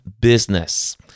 Business